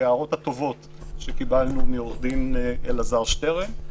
ההערות הטובות שקיבלנו מעורך דין אלעזר שטרן.